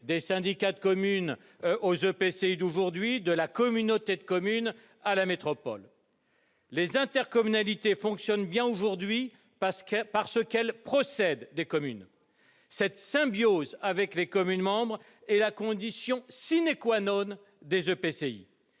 des syndicats de communes aux EPCI d'aujourd'hui, de la communauté de communes à la métropole. Aujourd'hui, si les intercommunalités fonctionnent bien, c'est parce qu'elles procèdent des communes. Cette symbiose avec les communes membres est la condition du bon